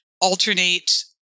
alternate